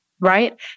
right